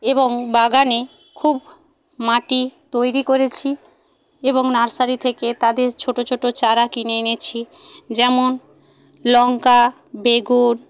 এবং বাগানে খুব মাটি তৈরি করেছি এবং নার্সারি থেকে তাদের ছোট ছোট চারা কিনে এনেছি যেমন লঙ্কা বেগুন